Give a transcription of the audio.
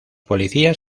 policías